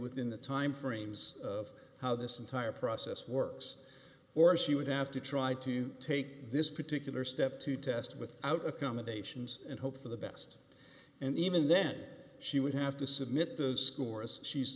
within the timeframes of how this entire process works or she would have to try to take this particular step to test without accommodations and hope for the best and even then she would have to submit those scores she's